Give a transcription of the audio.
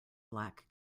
black